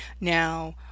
Now